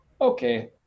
okay